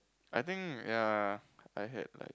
I think ya I had like